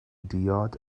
diod